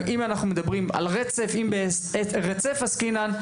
ואם ברצף עסקינן,